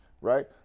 right